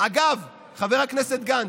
אגב, חבר הכנסת גנץ,